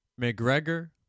McGregor